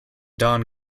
don